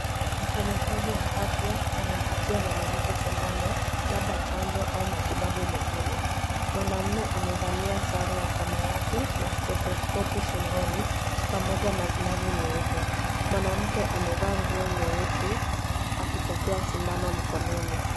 Mfanyakazi wa afya anampatia mwanamke sindano labda chanjo au matibabu mengine. Mwanamume amevalia sare ya samawati na stethoscope shingoni pamoja na glavu nyeupe. Mwanamke amevaa nguo nyeusi akipokea sindano mkononi.